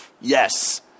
Yes